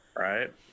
Right